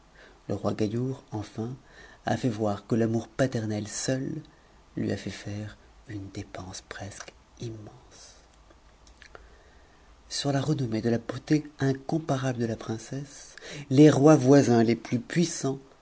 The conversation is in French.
le roi gaïour enfin a fait voir que l'amour paternel seul lui a tait faire une dépense presque immense sur la renommée de la beauté incomparable de la princesse les rois voisins les plus puissants